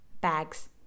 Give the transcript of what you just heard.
bags